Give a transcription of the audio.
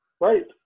Right